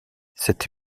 cette